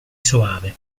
soave